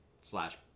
slash